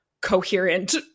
coherent